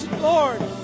Lord